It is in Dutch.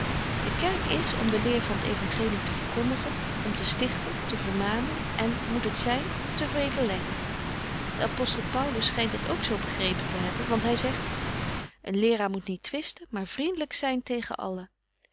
de kerk is om de leer van het euangelie te verkondigen om te stichten te vermanen en moet het zyn te wederleggen de apostel paulus schynt het ook zo begrepen te hebben want hy zegt een leeraar moet niet twisten maar vriendlyk zyn tegen allen